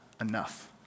enough